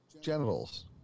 genitals